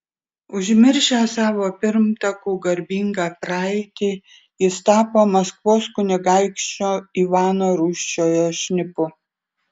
užmiršęs savo pirmtakų garbingą praeitį jis tapo maskvos kunigaikščio ivano rūsčiojo šnipu